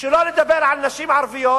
שלא לדבר על נשים ערביות,